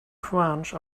crunch